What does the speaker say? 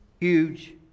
Huge